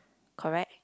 correct